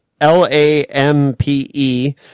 L-A-M-P-E